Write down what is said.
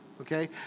Okay